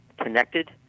connected